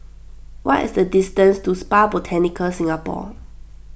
what is the distance to Spa Botanica Singapore